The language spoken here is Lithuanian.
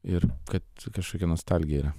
ir kad kažkokia nostalgija yra